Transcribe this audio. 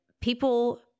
people